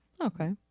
Okay